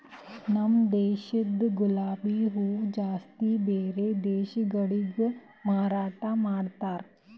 ನಮ ದೇಶದಿಂದ್ ಗುಲಾಬಿ ಹೂವ ಜಾಸ್ತಿ ಬ್ಯಾರೆ ದೇಶಗೊಳಿಗೆ ಮಾರಾಟ ಮಾಡ್ತಾರ್